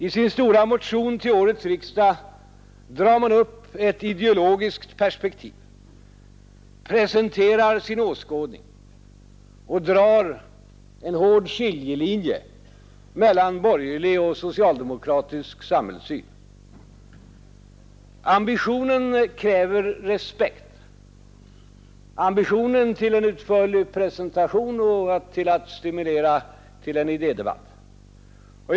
I sin stora motion till årets riksdag drar man upp ett ideologiskt perspektiv, presenterar sin åskådning och drar en hård skiljelinje mellan borgerlig och socialdemokratisk samhällssyn. Ambitionen till en utförlig presentation och till att stimulera till en idédebatt kräver respekt.